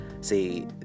See